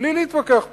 בלי להתווכח פוליטית.